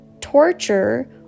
torture